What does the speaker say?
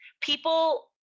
People